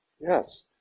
Yes